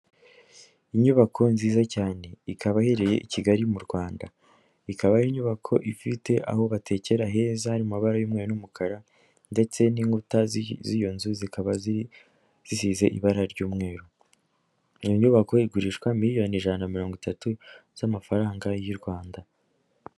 Inyubako nziza cyane ikaba iherereye i Kigali mu Rwanda, ikaba ari inyubako ifite aho batekera heza hari mu mabara y'umweru n'umukara ndetse n'inkuta z'iyo nzu zikaba zisize ibara ry'umweru. Iyo nyubako igurishwa miliyoni ijana na mirongo itatu z'amafaranga y'u Rwanda.